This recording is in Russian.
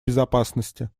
безопасности